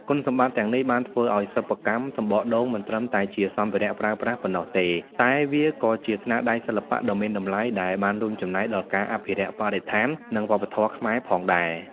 គុណសម្បត្តិទាំងនេះបានធ្វើឱ្យសិប្បកម្មសំបកដូងមិនត្រឹមតែជាសម្ភារៈប្រើប្រាស់ប៉ុណ្ណោះទេ តែវាក៏ជាស្នាដៃសិល្បៈដ៏មានតម្លៃដែលបានរួមចំណែកដល់ការអភិរក្សបរិស្ថាន និងវប្បធម៌ខ្មែរផងដែរ។